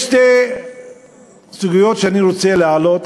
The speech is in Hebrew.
יש שתי סוגיות שאני רוצה להעלות.